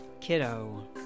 kiddo